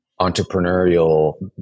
entrepreneurial